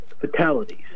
fatalities